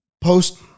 post